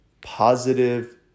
positive